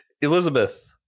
elizabeth